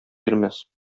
бирмәс